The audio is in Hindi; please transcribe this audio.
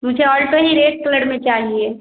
मुझे ऑल्टो ही रेड कलर में चाहिए